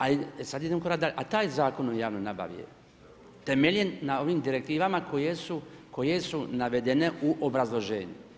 A sad idem korak dalje, a taj Zakon o javnoj nabavi je temeljen na ovim direktivama koje jesu navedene u obrazloženju.